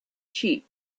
sheep